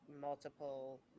multiple